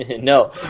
No